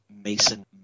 Mason